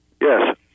Yes